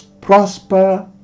prosper